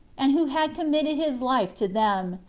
and who had committed his life to them,